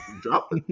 Drop